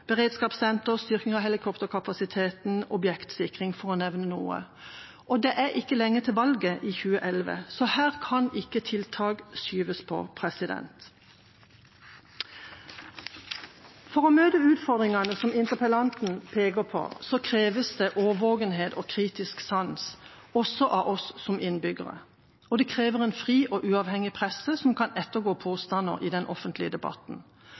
beredskapssenter, styrking av helikopterkapasiteten, objektsikring, for å nevne noe. Og det er ikke lenge til valget, så her kan ikke tiltak skyves på. For å møte utfordringene som interpellanten peker på, kreves det årvåkenhet og kritisk sans, også av oss som innbyggere, og det krever en fri og uavhengig presse som kan ettergå påstander i den offentlige debatten.